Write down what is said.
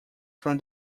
from